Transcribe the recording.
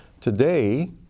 Today